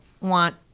want